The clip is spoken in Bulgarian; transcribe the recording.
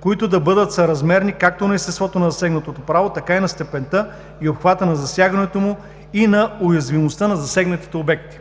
които да бъдат съразмерни както на естеството на засегнатото право, така и на степента и обхвата на засягането му и на уязвимостта на засегнатите обекти.